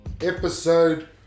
episode